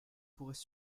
pourrait